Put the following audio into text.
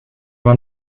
man